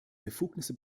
befugnisse